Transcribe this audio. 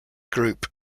group